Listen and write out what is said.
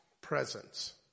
presence